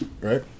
right